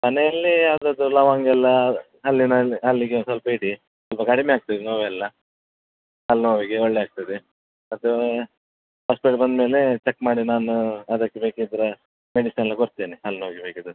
ಮನೆಯಲ್ಲಿ ಅದರದು ಲವಂಗಯೆಲ್ಲ ಹಲ್ಲಿನಲ್ಲಿ ಹಲ್ಲಿಗೆ ಸ್ವಲ್ಪ ಇಡಿ ಸ್ವಲ್ಪ ಕಡಿಮೆ ಆಗ್ತದೆ ನೋವೆಲ್ಲ ಹಲ್ಲುನೋವಿಗೆ ಒಳ್ಳೆ ಆಗ್ತದೆ ಮತ್ತೆ ಹಾಸ್ಪಿಟಲ್ ಬಂದ ಮೇಲೆ ಚೆಕ್ ಮಾಡಿ ನಾನು ಅದಕ್ಕೆ ಬೇಕಿದ್ದರೆ ಮೆಡಿಸನೆಲ್ಲ ಕೊಡ್ತೇನೆ ಹಲ್ಲುನೋವಿಗೆ ಬೇಕಿದ್ದರೆ